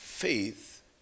Faith